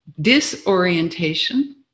disorientation